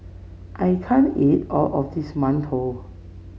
I can't eat all of this mantou